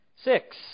Six